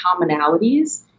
commonalities